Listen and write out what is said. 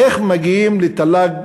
איך מגיעים לתל"ג כלשהו?